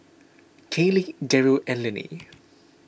Kayleigh Deryl and Linnie